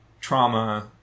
trauma